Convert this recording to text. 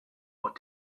what